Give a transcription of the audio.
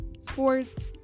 Sports